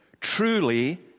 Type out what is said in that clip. truly